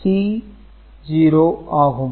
C1 என்பது G1 கூட்டல் P1C0 ஆகும்